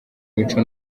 mico